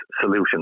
solution